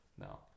no